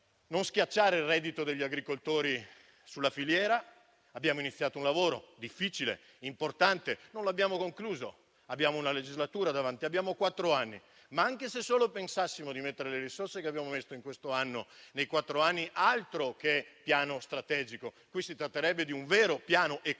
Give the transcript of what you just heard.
non schiacciare il reddito degli agricoltori sulla filiera. Abbiamo iniziato un lavoro difficile, importante, non l'abbiamo concluso. Abbiamo una legislatura davanti, abbiamo quattro anni. Ma, anche se solo pensassimo di mettere le risorse che abbiamo messo in questo anno nei prossimi quattro anni, altro che piano strategico: si tratterebbe di un vero piano economico